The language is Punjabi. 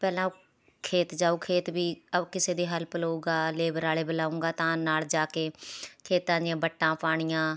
ਪਹਿਲਾਂ ਖੇਤ ਜਾਊ ਖੇਤ ਵੀ ਕਿਸੇ ਦੀ ਹੈਲਪ ਲਵੇਗਾ ਲੇਬਰ ਵਾਲੇ ਬੁਲਾਏਗਾ ਤਾਂ ਨਾਲ ਜਾ ਕੇ ਖੇਤਾਂ ਦੀਆਂ ਵੱਟਾਂ ਪਾਉਣੀਆਂ